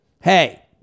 Hey